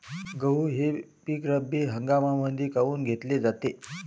गहू हे पिक रब्बी हंगामामंदीच काऊन घेतले जाते?